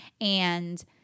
And-